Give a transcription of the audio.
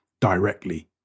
directly